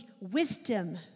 wisdom